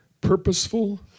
purposeful